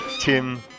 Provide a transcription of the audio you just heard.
Tim